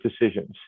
decisions